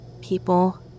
People